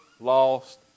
Lost